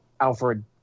Alfred